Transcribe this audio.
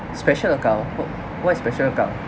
special account for why special account